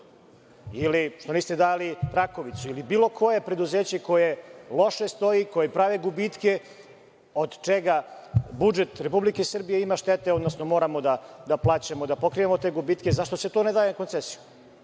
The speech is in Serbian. ili što niste dali „Rakovicu“ ili bilo koje preduzeće koje loše stoji, koje pravi gubitke, od čega budžet Republike Srbije ima štete, odnosno moramo da plaćamo, pokrivamo te gubitke? Zašto se to ne daje na koncesiju? Sve